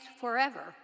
forever